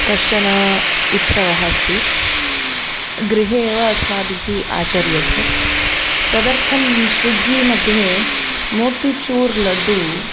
कश्चन उत्सवः अस्ति गृहे एव अस्माभिः आचर्यते तदर्थं स्विग्गि मध्ये मोतिचूर् लड्डु